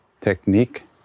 technique